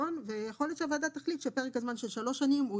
לבחון ויכול להיות שהוועדה תחליט שפרק הזמן של שלוש שנים הוא